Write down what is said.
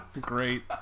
Great